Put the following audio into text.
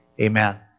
Amen